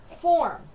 form